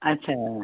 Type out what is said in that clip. अच्छा